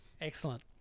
Excellent